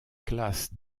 classe